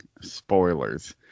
spoilers